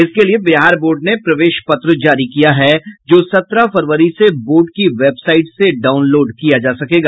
इसके लिये बिहार बोर्ड ने प्रवेश पत्र जारी किया है जो सत्रह फरवरी से बोर्ड की वेबसाइट से डाउनलोड किया जा सकेगा